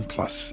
Plus